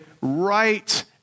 right